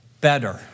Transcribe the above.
better